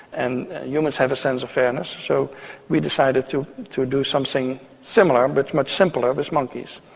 and humans have a sense of fairness, so we decided to to do something similar, but much simpler, with monkeys.